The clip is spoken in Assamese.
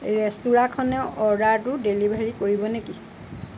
ৰেস্তোৰাঁখনে অৰ্ডাৰটো ডেলিভাৰী কৰিব নেকি